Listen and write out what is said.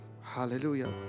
Hallelujah